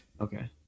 Okay